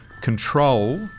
control